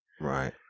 Right